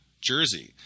Jersey